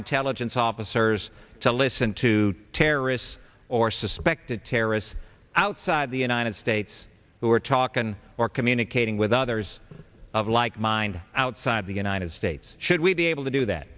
intelligence officers to listen to terrorists or suspected terrorists outside the united states who are talking or communicating with others of like mind outside the united states should we be able to do that